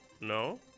No